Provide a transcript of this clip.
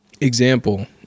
example